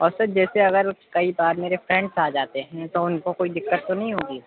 اور سر جیسے اگر کئی بار میرے فرینڈس آ جاتے ہیں تو اُن کو کوئی دقت تو نہیں ہوگی